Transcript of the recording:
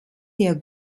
der